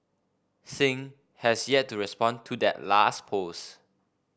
Singh has yet to respond to that last post